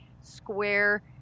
square